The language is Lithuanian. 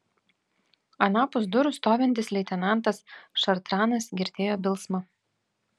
anapus durų stovintis leitenantas šartranas girdėjo bilsmą